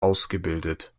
ausgebildet